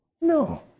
No